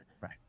Right